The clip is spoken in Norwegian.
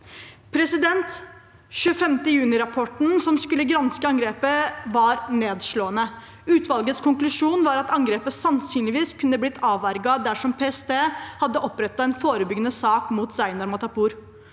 angrepet. 25. juni-rapporten, fra utvalget som skulle granske angrepet, var nedslående. Utvalgets konklusjon var at angrepet sannsynligvis kunne blitt avverget dersom PST hadde opprettet en forebyggende sak mot Zaniar Matapour.